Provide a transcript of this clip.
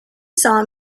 saw